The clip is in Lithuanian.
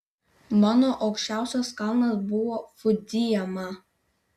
mano aukščiausias kalnas buvo fudzijama